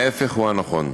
ההפך הוא הנכון.